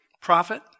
prophet